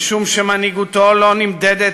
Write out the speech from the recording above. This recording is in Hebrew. משום שמנהיגותו לא נמדדת,